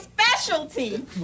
specialty